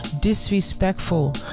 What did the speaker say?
disrespectful